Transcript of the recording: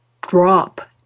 drop